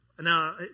now